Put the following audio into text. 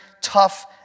tough